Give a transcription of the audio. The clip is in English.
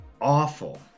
awful